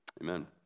Amen